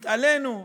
התעלינו.